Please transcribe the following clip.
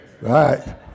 right